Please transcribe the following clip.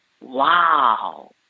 wow